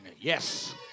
Yes